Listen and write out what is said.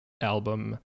album